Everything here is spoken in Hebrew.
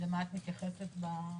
את מתייחסת?